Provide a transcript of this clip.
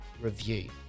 review